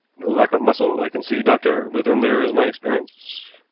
no lack of muscle, i can see, doctor, but then there is my experience.